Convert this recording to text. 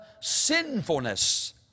sinfulness